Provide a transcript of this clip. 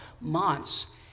months